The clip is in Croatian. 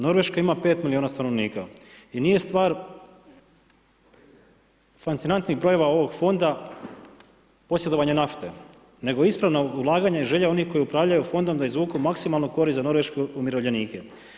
Norveška ima 5 milijuna stanovnika i nije stvar fascinantnih brojeva ovog fonda posjedovanja nafte nego ispravna ulaganja i želja onih koji upravljaju fondom da izvuku maksimalno korist za norveške umirovljenike.